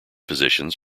positions